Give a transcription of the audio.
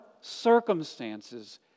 circumstances